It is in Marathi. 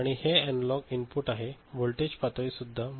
आणि हे एनालॉग इनपुट आहे व्होल्टेज पातळी सुद्धा